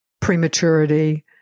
prematurity